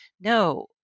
no